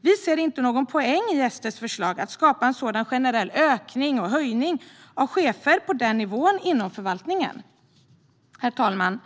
Vi ser inte någon poäng i SD:s förslag att skapa en sådan generell ökning och höjning av chefer på denna nivå inom förvaltningen. Herr talman!